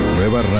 Nueva